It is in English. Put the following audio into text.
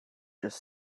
just